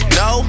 no